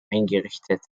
eingerichtet